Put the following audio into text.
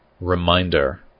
reminder